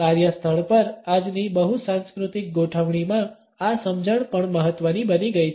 કાર્યસ્થળ પર આજની બહુસાંસ્કૃતિક ગોઠવણીમાં આ સમજણ પણ મહત્વની બની ગઈ છે